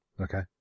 Okay